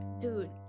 dude